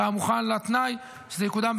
אתה מוכן לתנאי שזה יקודם,